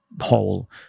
hole